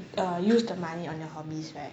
uh use the money on your hobbies right